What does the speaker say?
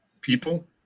people